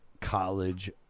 college